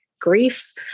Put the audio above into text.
grief